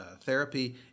Therapy